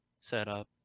setup